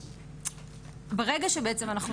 חשוב לנו מאוד להגדיר מה זה כולל,